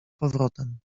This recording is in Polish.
powrotem